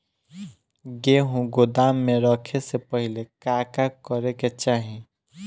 गेहु गोदाम मे रखे से पहिले का का करे के चाही?